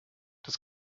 das